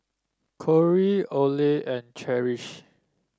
Corry Orley and Cherish